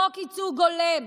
חוק ייצוג הולם.